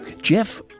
Jeff